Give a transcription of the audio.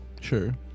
sure